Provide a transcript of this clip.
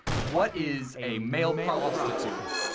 what is a male male ah prostitute?